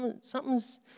something's